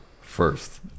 first